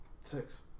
Six